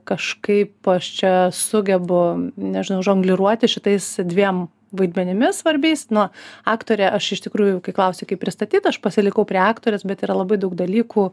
kažkaip aš čia sugebu nežinau žongliruoti šitais dviem vaidmenimis svarbiais no aktorė aš iš tikrųjų kai klausi kaip pristatyt aš pasilikau prie aktorės bet yra labai daug dalykų